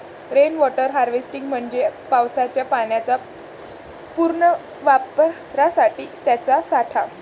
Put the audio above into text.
rain water harvesting म्हणजे पावसाच्या पाण्याच्या पुनर्वापरासाठी त्याचा साठा